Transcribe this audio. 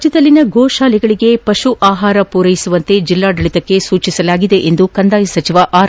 ರಾಜ್ಜದಲ್ಲಿನ ಗೋಶಾಲೆಗಳಿಗೆ ಪಶು ಆಹಾರ ಪೂರೈಸುವಂತೆ ಜಿಲ್ಲಾಡಳಿತಕ್ಕೆ ಸೂಚಿಸಲಾಗಿದೆ ಎಂದು ಕಂದಾಯ ಸಚಿವ ಆರ್